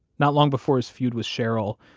not long before his feud with cheryl,